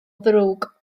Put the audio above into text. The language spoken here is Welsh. ddrwg